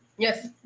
Yes